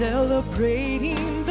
Celebrating